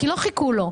כי לא חיכו לו.